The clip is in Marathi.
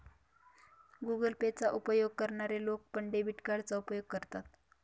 गुगल पे चा उपयोग करणारे लोक पण, डेबिट कार्डचा उपयोग करतात